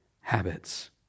habits